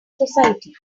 society